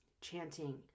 Chanting